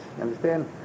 Understand